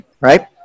right